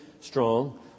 strong